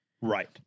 Right